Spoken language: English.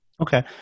Okay